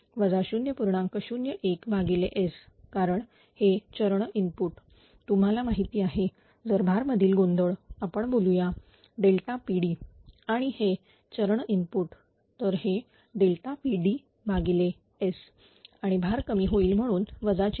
01S कारण हे चरण इनपुट तुम्हाला माहिती आहे जर भार मधील गोंधळ आपण बोलूया Pd आणि हे चरण इनपुट तर हे PdS आणि भार कमी होईल म्हणून वजा चिन्ह